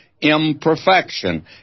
imperfection